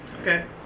Okay